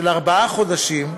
של ארבעה חודשים,